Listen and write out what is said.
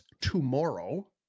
tomorrow